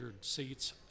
seats